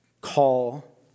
call